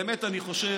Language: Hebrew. באמת אני חושב,